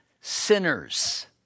sinners